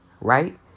right